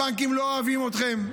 הבנקים לא אוהבים אתכם.